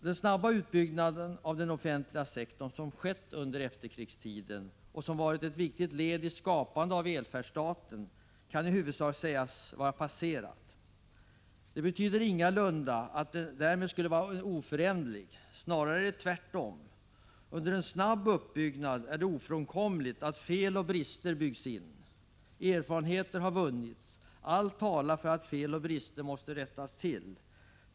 Den snabba utbyggnad av den offentliga sektorn som skett under efterkrigstiden och som varit ett viktigt led i skapandet av välfärdsstaten kan i huvudsak sägas vara passerad. Det betyder ingalunda att denna sektor därmed skulle vara oföränderlig. Snarare är det tvärtom. Under en snabb uppbyggnad är det ofrånkomligt att fel och brister byggs in. Erfarenheter har vunnits. Allt talar för att fel och brister måste rättas till.